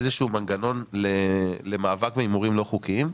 איזשהו מנגנון למאבק בהימורים לא חוקיים.